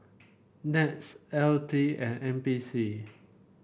NETS L T and N P C